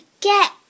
get